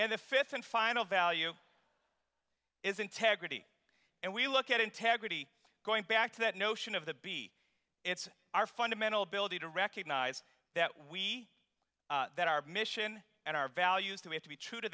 and the fifth and final value is integrity and we look at integrity going back to that notion of that be it's our fundamental ability to recognize that we that our mission and our values that have to be true to